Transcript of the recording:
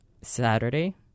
Saturday